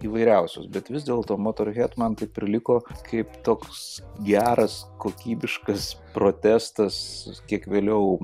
įvairiausios bet vis dėlto motorhed man taip ir liko kaip toks geras kokybiškas protestas kiek vėliau